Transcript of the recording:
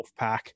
Wolfpack